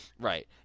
Right